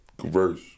converse